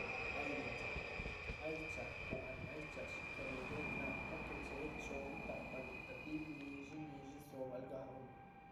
Ay riadxáluh ay shcháha cwa´hanin, ay shcháha shica´h verduríhn nahpa que chéhel chohon tahpa guéhta tin ñi´dxi dzobaluh gaúluh